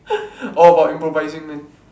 all about improvising man